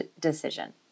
decision